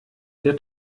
der